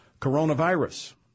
coronavirus